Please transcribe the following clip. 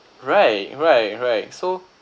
right right right so